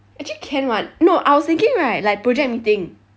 actually can [one] no I was thinking right like project meeting